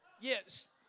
Yes